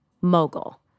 mogul